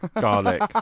garlic